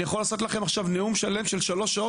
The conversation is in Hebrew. אני יכול לעשות לכם עכשיו נאום שלם של שלוש שעות,